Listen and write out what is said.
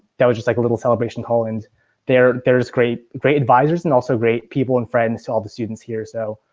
that was just like a little celebration call and there's great great advisors and also great people and friends to all the students here. so,